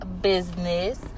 business